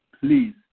Please